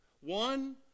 One